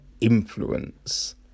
influence